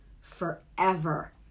forever